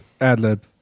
Ad-lib